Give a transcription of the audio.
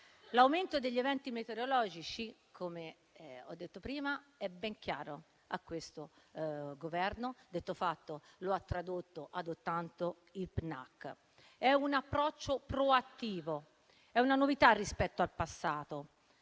L'aumento degli eventi meteorologici, come ho detto prima, è ben chiaro a questo Governo: detto fatto, l'ha tradotto adottando il PNAC. È un approccio proattivo, una novità rispetto al passato,